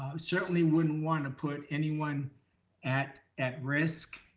certainly wouldn't wanna put anyone at at risk.